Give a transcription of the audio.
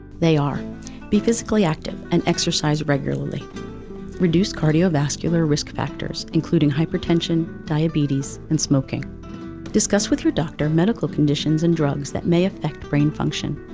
they are be physical active and exercise regularly reduce cardiovascular risk factors, including hypertension, diabetes, and smoking discuss with your doctor medical conditions and drugs that may affect brain function